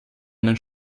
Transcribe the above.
einen